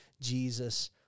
Jesus